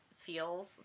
feels